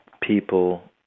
people